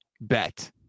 bet